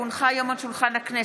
כי הונחה היום על שולחן הכנסת,